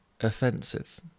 offensive